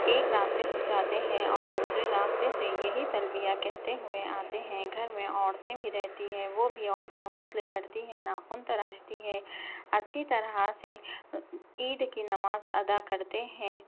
ایک راستے سے جاتے ہے اور دوسرے راستے سے یہی طلبیہ کہتے ہوئے آتے ہیں گھر میں عورتیں بھی رہتی ہے وہ بھی عورتیں غسل کرتی ہیں ناخن تراشتی ہے اچّھی طرح سے عید کی نماز ادا کرتے ہیں